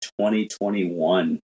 2021